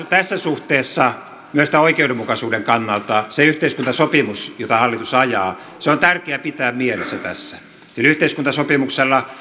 tässä suhteessa myös tämän oikeudenmukaisuuden kannalta se yhteiskuntasopimus jota hallitus ajaa on tärkeää pitää mielessä tässä sillä yhteiskuntasopimuksella